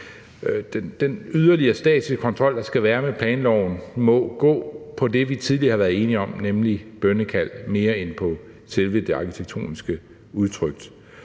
Den yderligere statslige kontrol, der skal være med planloven, må gå på det, vi tidligere har været enige om, nemlig bønnekald, mere end på selve det arkitektoniske udtryk.